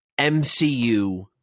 MCU